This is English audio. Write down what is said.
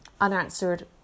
unanswered